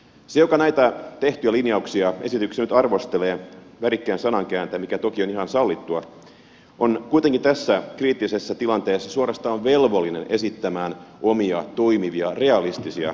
se joka näitä tehtyjä linjauksia esityksiä nyt arvostelee värikkäin sanankääntein mikä toki on ihan sallittua on kuitenkin tässä kriittisessä tilanteessa suorastaan velvollinen esittämään omia toimivia realistisia vaihtoehtoja